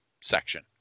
section